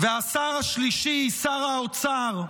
והשר השלישי, שר האוצר.